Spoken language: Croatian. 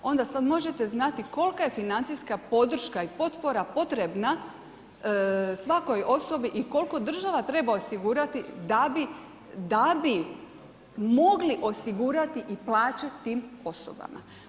Onda sad možete znati kolika je financijska podrška i potpora potrebna svakoj osobi i koliko država treba osigurati da bi mogli osigurati i plaćati tim osobama.